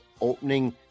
opening